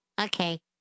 Okay